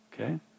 okay